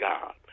God